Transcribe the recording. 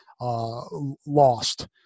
lost